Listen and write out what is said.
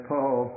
Paul